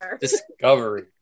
Discovery